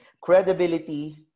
Credibility